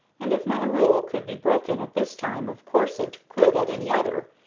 and if my rule could be broken at this time, of course it could at any other.